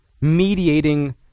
mediating